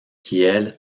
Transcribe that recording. kiel